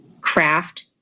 craft